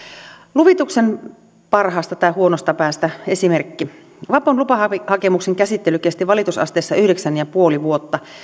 luvituksen parhaasta tai huonosta päästä esimerkki vapon lupahakemuksen käsittely kesti valitusasteissa yhdeksän ja puoli vuotta